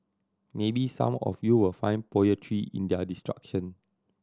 maybe some of you will find poetry in their destruction